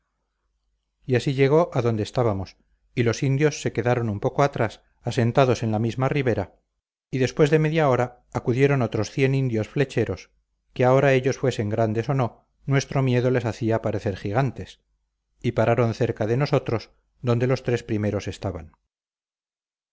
y así llegó donde estábamos y los indios se quedaron un poco atrás asentados en la misma ribera y después de media hora acudieron otros cien indios flecheros que ahora ellos fuesen grandes o no nuestro miedo les hacía parecer gigantes y pararon cerca de nosotros donde los tres primeros estaban